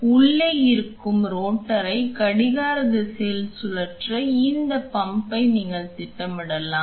எனவே உள்ளே இருக்கும் ரோட்டரை கடிகார திசையில் சுழற்ற இந்த பம்பை நீங்கள் திட்டமிடலாம்